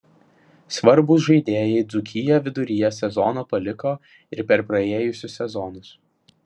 svarbūs žaidėjai dzūkiją viduryje sezono paliko ir per praėjusius sezonus